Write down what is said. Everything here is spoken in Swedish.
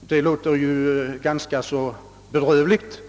Jag tycker att det låter ganska bedrövligt.